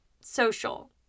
social